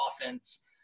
offense